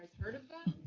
heard about